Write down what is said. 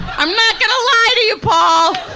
i'm not gunna lie to ya paul!